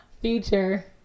Future